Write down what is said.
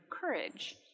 courage